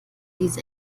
diese